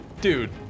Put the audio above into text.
dude